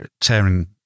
tearing